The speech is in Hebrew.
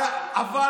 החוק.